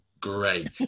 great